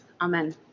Amen